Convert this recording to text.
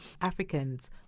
Africans